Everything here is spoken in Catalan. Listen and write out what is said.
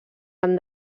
van